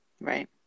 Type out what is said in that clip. Right